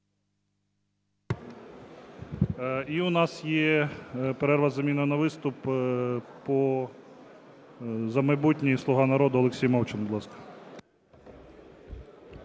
І у нас є перерва із заміною на виступ, "За майбутнє" і "Слуга народу". Олексій Мовчан, будь ласка.